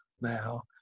now